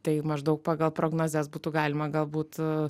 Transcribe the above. tai maždaug pagal prognozes būtų galima galbūt